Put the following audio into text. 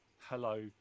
hello